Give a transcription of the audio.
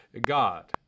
God